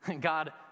God